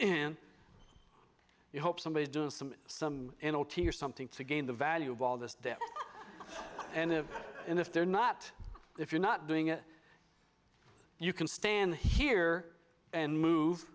and you hope somebody do some sum in o t or something to gain the value of all this death and of and if they're not if you're not doing it you can stand here and move